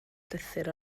llythyr